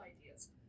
ideas